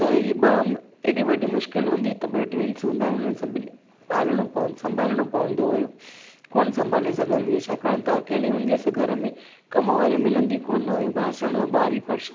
त इहे ॿ एॾी वॾी मुश्किल हूंदी त ॿ ट्विंस हूंदा उन्हनि सभिनी पालिणो पो संभालणो पवंदो हुयो कोन संभाले सघंदी हुअसि छाकाणि त अकेली हूंदी हुअसि घर में कम वारी मिलंदी कोन हुई बासण बुआरी